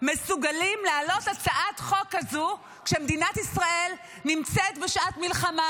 מסוגלים להעלות הצעת חוק כזו כשמדינת ישראל נמצאת בשעת מלחמה,